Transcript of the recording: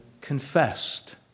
confessed